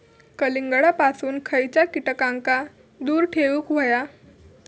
कलिंगडापासून खयच्या कीटकांका दूर ठेवूक व्हया?